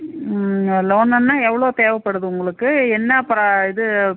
லோனுன்னால் எவ்வளோ தேவைப்படுது உங்களுக்கு என்ன பிரா இது